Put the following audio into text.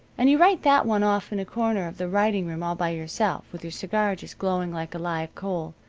and you write that one off in a corner of the writing-room all by yourself, with your cigar just glowing like a live coal,